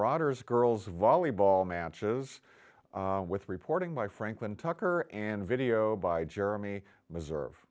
marauders girls volleyball matches with reporting by franklin tucker and video by jeremy reserve